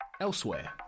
Elsewhere